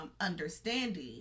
understanding